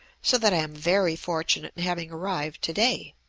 so that i am very fortunate in having arrived today.